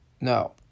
No